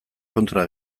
kontra